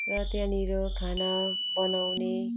र त्यहाँनिर खाना बनाउने